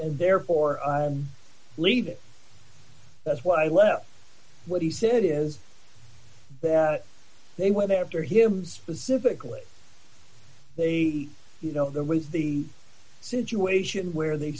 and therefore d leave it that's why i left what he said it is that they were there for him specifically they you know there was the situation where they